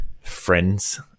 friends